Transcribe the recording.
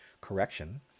correction